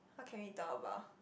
okay me doubt about